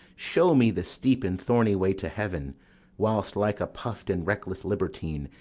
show me the steep and thorny way to heaven whilst, like a puff'd and reckless libertine,